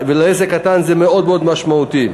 ולעסק קטן זה מאוד מאוד משמעותי.